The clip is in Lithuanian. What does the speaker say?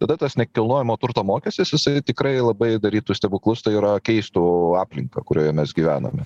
tada tas nekilnojamo turto mokestis jisai tikrai labai darytų stebuklus tai yra keistų aplinką kurioje mes gyvename